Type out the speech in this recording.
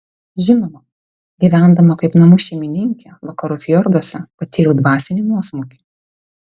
žinoma gyvendama kaip namų šeimininkė vakarų fjorduose patyriau dvasinį nuosmukį